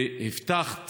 והבטחת